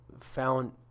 found